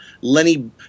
Lenny